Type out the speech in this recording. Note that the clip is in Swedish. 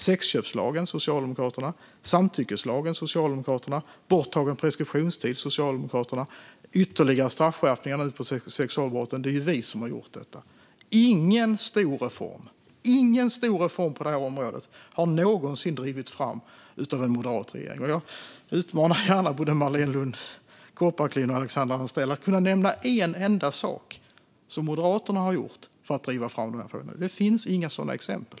Sexköpslagen - Socialdemokraterna. Samtyckeslagen - Socialdemokraterna. Borttagandet av preskriptionstid - Socialdemokraterna. Ytterligare straffskärpningar för sexualbrott - det är vi som har gjort detta. Ingen stor reform på detta område har någonsin drivits fram av en moderat regering. Jag utmanar gärna både Marléne Lund Kopparklint och Alexandra Anstrell att nämna en enda sak som Moderaterna har gjort för att driva de här frågorna framåt. Det finns inga sådana exempel.